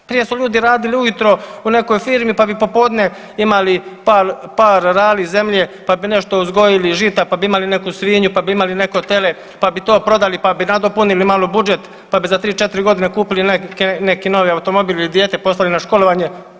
Prije su ljudi radili u jutro u nekoj firmi, pa bi popodne imali par rali zemlje pa bi nešto uzgojili žita, pa bi imali neku svinju, pa bi imali neko tele, pa bi to prodali pa bi nadopunili malo budžet, pa bi za tri četiri godine kupili neki novi automobil ili dijete poslali na školovanje.